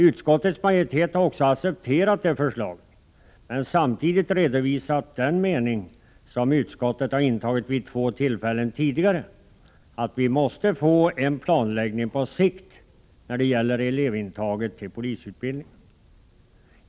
Utskottets majoritet har också accepterat det förslaget, men den har samtidigt redovisat den mening som utskottet har intagit vid två tillfällen tidigare: att vi måste få en planläggning på sikt när det gäller elevintaget till polisutbildningen.